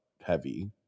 heavy